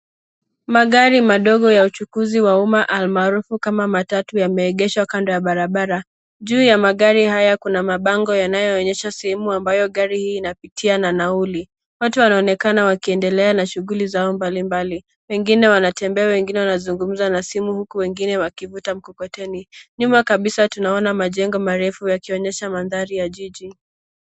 Magari madogo ya uchukuzi wa umma almarufu kama matatu yameegeshwa kando ya barabara. Juu ya magari haya kuna mabango yanayoonyesha sehemu ambayo gari hii inapitia na nauli. Watu wanaonekana wakiendelea na shughuli zao mbalimbali wengine wanatembea, wengine wanazungumza na simu huku wengine wakivuta mkokoteni. Nyuma kabisa tunaona majengo marefu yakionyesha mandhari ya jiji.